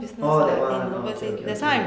oh that one oh okay okay okay